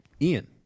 Ian